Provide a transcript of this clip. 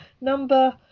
number